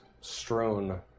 strewn